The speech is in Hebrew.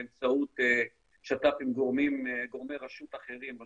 באמצעות שת"פ עם גורמי רשות אחרים,